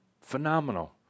Phenomenal